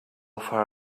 far